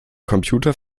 computer